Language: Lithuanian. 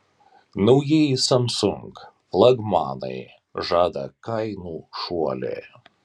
naujieji samsung flagmanai žada kainų šuolį